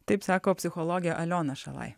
taip sako psichologė aliona šalaj